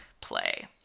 play